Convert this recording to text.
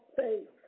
faith